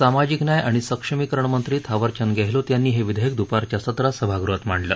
सामाजिक न्याय आणि सक्षमीकरणमंत्री थावरचंद गेहलोत यांनी हे विधेयक दुपारच्या सत्रात सभागृहात मांडलं